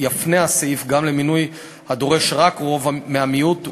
יפנה הסעיף גם למינוי הדורש רק רוב מהמיעוט,